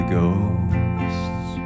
ghosts